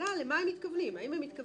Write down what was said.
השאלה למה הם מתכוונים האם הם מתכוונים